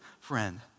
friend